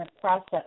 process